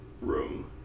room